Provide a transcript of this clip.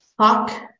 talk